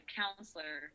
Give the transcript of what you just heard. counselor